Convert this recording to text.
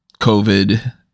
COVID